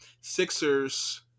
Sixers